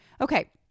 Okay